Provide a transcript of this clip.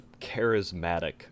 charismatic